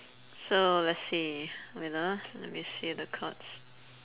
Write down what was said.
so let's see wait ah let me see the cards